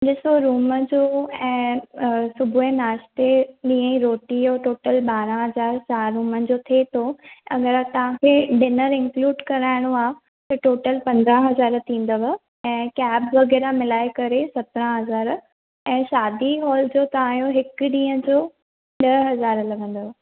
ॾिसो रूम जो ऐं सुबुहु जे नाश्ते ॾींहुं रोटी जो टोटल ॿारहं हज़ार चारि रूमनि जो थिए थो अगरि तव्हां खे डिनर इन्क्लुड कराइणो आहे त टोटल पंद्रहं हज़ार थींदव ऐं कैब वग़ैरह मिलाए करे सत्रहं हज़ार ऐं शादी हॉल जो तव्हां जो हिकु ॾींहं जो ॾह हज़ार लॻंदव